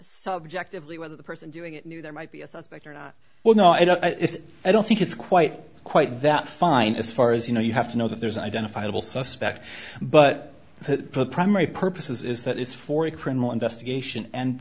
objective lee whether the person doing it knew there might be a suspect or not well no i don't i don't think it's quite quite that fine as far as you know you have to know that there's an identifiable suspect but the primary purpose is that it's for a criminal investigation and